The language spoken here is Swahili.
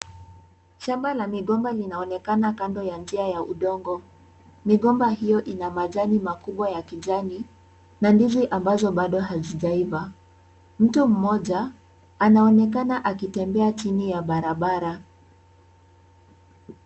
Shamba la migomba linaonekana kando ya njia ya udongo. Migomba hiyo ina majani makubwa ya kijani na ndizi ambazo bado hazijaiva. Mtu mmoja anaonekana akitembea chini ya barabara.